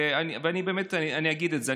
ואני באמת אגיד את זה,